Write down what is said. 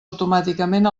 automàticament